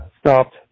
stopped